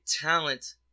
talent